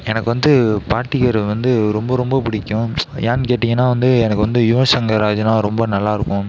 எனக்கு வந்து பாட்டு கேக்கிறது வந்து ரொம்ப ரொம்ப பிடிக்கும் ஏன் கேட்டிங்கன்னா வந்து எனக்கு வந்து யுவன் சங்கர் ராஜான்னா ரொம்ப நல்லாயிருக்கும்